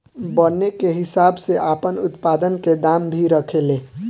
बने के हिसाब से आपन उत्पाद के दाम भी रखे ले